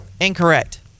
Incorrect